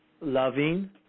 loving